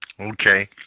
Okay